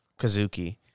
Kazuki